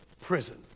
prison